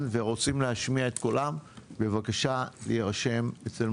ועד כמה הטיפול בהם בוועדה פה הוא הכרחי.